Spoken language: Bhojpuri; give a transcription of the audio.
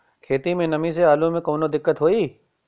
खेत मे नमी स आलू मे कऊनो दिक्कत होई?